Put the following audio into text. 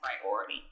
priority